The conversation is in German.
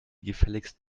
gefälligst